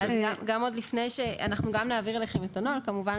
אנחנו גם נעביר אליכם את הנוהל כמובן,